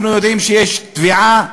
אנחנו יודעים שיש תביעה,